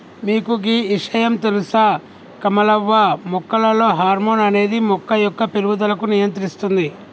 మీకు గీ ఇషయాం తెలుస కమలవ్వ మొక్కలలో హార్మోన్ అనేది మొక్క యొక్క పేరుగుదలకు నియంత్రిస్తుంది